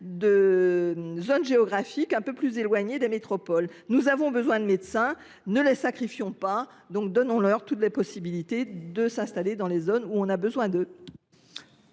de zones géographiques éloignées des métropoles. Nous avons besoin de médecins ; aussi, ne les sacrifions pas et donnons leur toute possibilité de s’installer dans des zones qui ont besoin d’eux